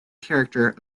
character